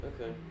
Okay